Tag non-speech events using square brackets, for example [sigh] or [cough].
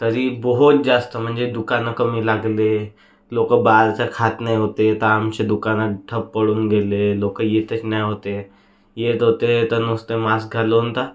तरी बोहोत जास्त म्हणजे दुकानं कमी लागले लोक बाहेरचं खात नाही होते तर आमचे दुकानं ठप्प पडून गेले लोक येतंच नाही होते येत होते तर नुसते मास्क घालून [unintelligible]